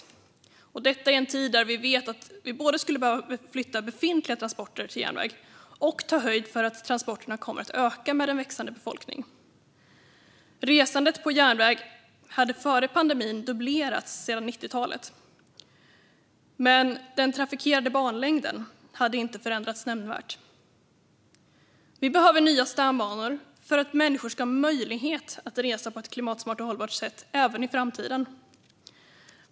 Detta sker i en tid då vi vet att vi skulle behöva flytta befintliga transporter till järnväg och också ta höjd för att transporterna kommer att öka med en växande befolkning. Resandet på järnväg hade före pandemin dubblerats sedan 90talet, men den trafikerade banlängden hade inte förändrats nämnvärt. Vi behöver nya stambanor för att människor ska ha möjlighet att resa på ett klimatsmart och hållbart sätt även i framtiden.